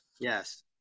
Yes